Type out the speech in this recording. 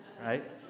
Right